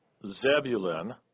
Zebulun